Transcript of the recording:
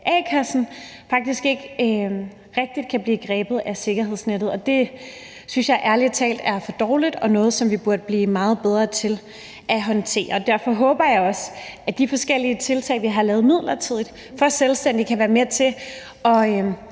a-kasse, faktisk ikke kan blive grebet af sikkerhedsnettet. Og det synes jeg ærlig talt er for dårligt og noget, som vi burde blive meget bedre til at håndtere. Derfor håber jeg også, at de forskellige tiltag, vi har lavet midlertidigt for selvstændige, kan være med til at